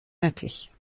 möglich